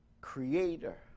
creator